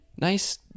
Nice